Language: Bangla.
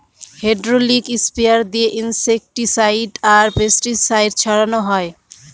হ্যাড্রলিক স্প্রেয়ার দিয়ে ইনসেক্টিসাইড আর পেস্টিসাইড ছড়ানো হয়